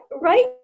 right